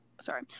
sorry